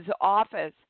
office